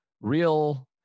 real